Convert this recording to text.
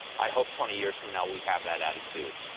i hope twenty years from now we have that attitude.